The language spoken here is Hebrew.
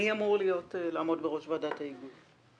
מי אמור לעמוד בראש ועדת ההיגוי?